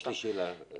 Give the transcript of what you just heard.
יש לי שאלה אליה.